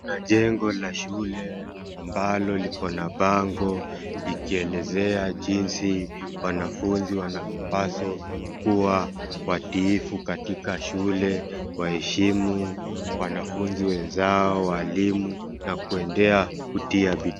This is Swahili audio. Jengo la shule ambalo likona bango ikielezea jinsi wanafunzi wanapaswa kuwa watiifu katika shule, waheshimu wanafunzi wenzao, walimu na kuendelea kutia bidii.